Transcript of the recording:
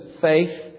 faith